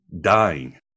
dying